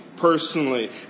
Personally